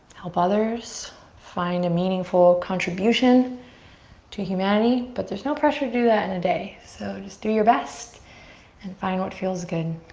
help others find a meaningful contribution to humanity. but there's no pressure to do that in a day. so just do your best and find what feels good.